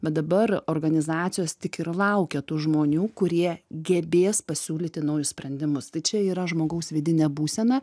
bet dabar organizacijos tik ir laukia tų žmonių kurie gebės pasiūlyti naujus sprendimus tai čia yra žmogaus vidinė būsena